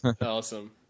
Awesome